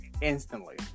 instantly